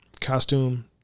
costume